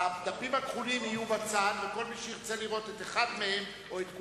הדפים הכחולים יהיו בצד וכל מי שירצה לראות אחד מהם או את כולם,